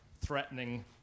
threatening